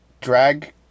drag